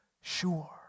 sure